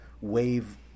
wave